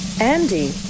Andy